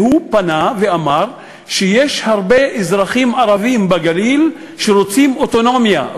והוא פנה ואמר שיש הרבה אזרחים ערבים בגליל שרוצים אוטונומיה,